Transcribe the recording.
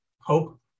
hope